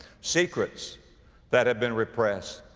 secrets that have been repressed.